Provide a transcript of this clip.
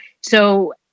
So-